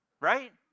Right